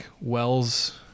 Wells